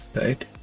Right